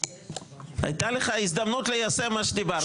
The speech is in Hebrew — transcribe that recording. הייתה לך הזדמנות ליישם מה שדיברת.